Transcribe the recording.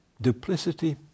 duplicity